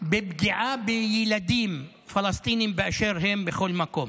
בפגיעה בילדים פלסטינים באשר הם, בכל מקום.